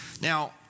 Now